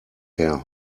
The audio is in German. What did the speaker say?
herr